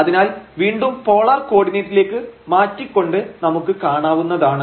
അതിനാൽ വീണ്ടും പോളാർ കോർഡിനേറ്റിലേക്ക് മാറ്റി കൊണ്ട് നമുക്ക് കാണാവുന്നതാണ്